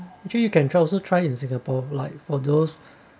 actually you can also try in singapore like for those